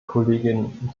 kollegin